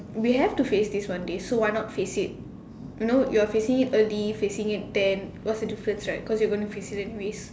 we have to face this one day so why not face it you know you're facing it early facing it then what's the difference right cause you're going to face it anyways